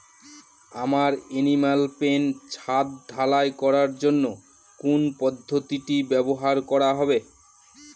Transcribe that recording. আমার animal pen ছাদ ঢালাই করার জন্য কোন পদ্ধতিটি ব্যবহার করা হবে?